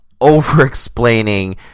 over-explaining